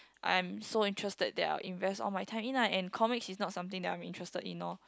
I am so interested that I would invest all my time in ah and comics is not something that I'm interested in orh